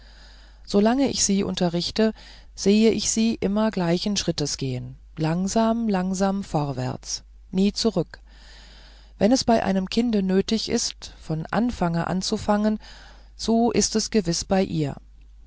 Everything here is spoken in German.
ich sie unterrichte sehe ich sie immer gleichen schrittes gehen langsam langsam vorwärts nie zurück wenn es bei einem kinde nötig ist vom anfange anzufangen so ist es gewiß bei ihr